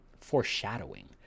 foreshadowing